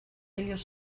ellos